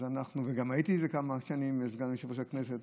וגם הייתי כמה שנים סגן יושב-ראש הכנסת,